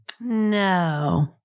No